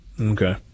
Okay